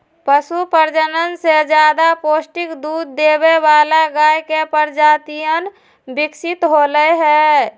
पशु प्रजनन से ज्यादा पौष्टिक दूध देवे वाला गाय के प्रजातियन विकसित होलय है